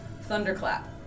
Thunderclap